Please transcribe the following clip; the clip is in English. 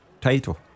title